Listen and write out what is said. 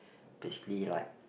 basically like